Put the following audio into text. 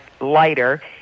lighter